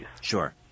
Sure